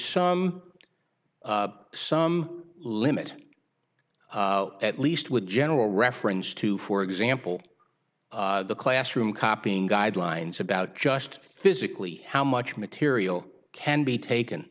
some some limit at least with general reference to for example the classroom copying guidelines about just physically how much material can be taken